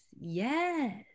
yes